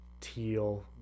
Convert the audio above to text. teal